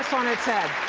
on its head,